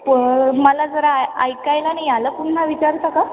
प मला जरा ऐकायला नाही आलं पुन्हा विचारता का